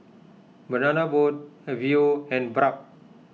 Banana Boat Viu and Bragg